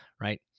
right